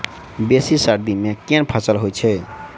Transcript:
बेसी सर्दी मे केँ फसल होइ छै?